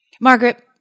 margaret